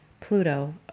Pluto